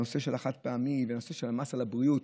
נושא החד-פעמי או נושא המס על הבריאות,